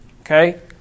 Okay